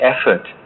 effort